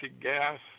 gas